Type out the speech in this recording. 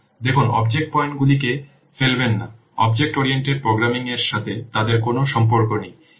দেখুন object point গুলিয়ে ফেলবেন না অবজেক্ট ওরিয়েন্টেড প্রোগ্রামিং এর সাথে তাদের কোন সম্পর্ক নেই